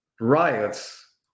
riots